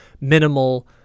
minimal